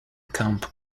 camp